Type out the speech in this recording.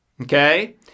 Okay